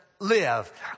Live